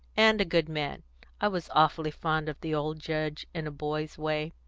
and a good man i was awfully fond of the old judge, in a boy's way.